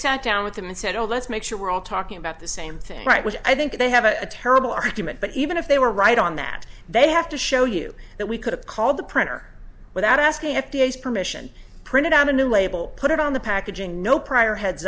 sat down with them and said oh let's make sure we're all talking about the same thing right which i think they have a terrible argument but even if they were right on that they have to show you that we could have called the printer without asking permission printed out a new label put it on the packaging no prior heads